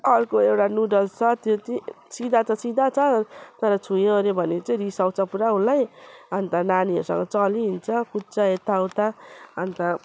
अर्को एउटा नुडल्स छ त्यो चाहिँ सिधा त सिधा छ तर छोयोओऱ्यो भने चाहिँ रिसाउँछ पुरा उसलाई अन्त नानीहरूसँग चलिहिँड्छ कुद्छ यताउता अन्त